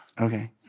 Okay